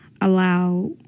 allow